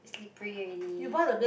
slippery already